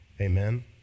Amen